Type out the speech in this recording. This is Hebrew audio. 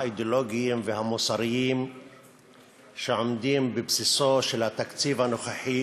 האידיאולוגיים והמוסריים שעומדים בבסיסו של התקציב הנוכחי